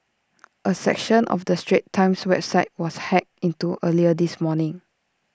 A section of the straits times website was hacked into earlier this morning